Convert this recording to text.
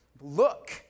Look